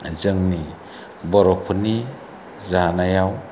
जोंनि बर'फोरनि जानायाव